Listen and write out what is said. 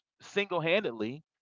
single-handedly